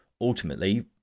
ultimately